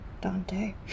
Dante